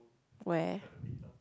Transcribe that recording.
where